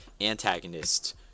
antagonist